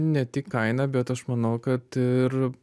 ne tik kaina bet aš manau kad ir